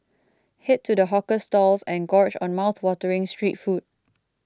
head to the hawker stalls and gorge on mouthwatering street food